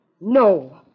No